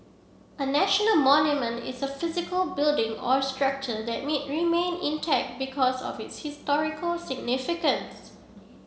a national monument is a physical building or structure that me remain intact because of its historical significance